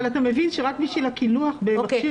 אבל אתה מבין שרק בשביל הקילוח במכשיר